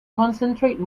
concentrate